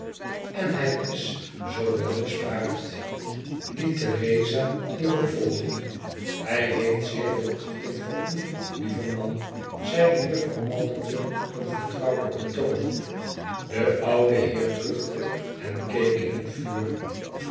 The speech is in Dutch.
en hij is zoo welbespraakt liet theresa hierop volgen hij heeft zeer veel achting voor u lieve man zeide jufvrouw malderton op een vertrouwelijken toon deoude heer kuchte en keek in het vuur